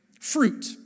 fruit